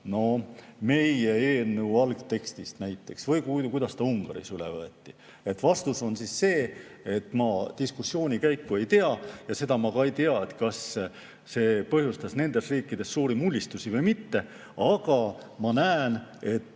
meie eelnõu algtekstist – või kuidas Ungaris see üle võeti. Vastus on see: ma diskussiooni käiku ei tea ja seda ma ka ei tea, kas see põhjustas teistes riikides suuri mullistusi või mitte. Aga ma näen, et